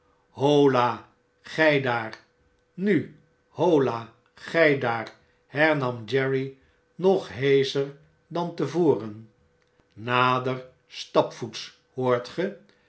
ahola gij daar nu hola gij daar hernam jerry nog heescher dan te voren nader stapvoets hoort